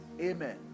Amen